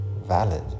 valid